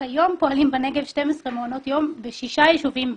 כיום פועלים בנגב 12 מעונות יום בשישה יישובים בדואים.